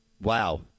wow